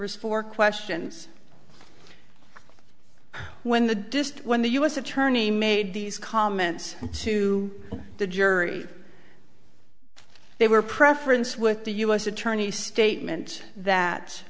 was four questions when the disc when the u s attorney made these comments to the jury they were preference with the u s attorney's statement that